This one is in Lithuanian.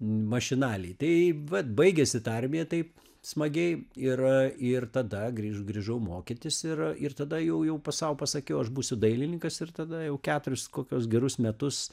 mašinaliai tai vat baigėsi ta armija taip smagiai ir ir tada grįž grįžau mokytis ir ir tada jau jau sau pasakiau aš būsiu dailininkas ir tada jau keturis kokius gerus metus